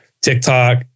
TikTok